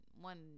one